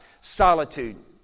solitude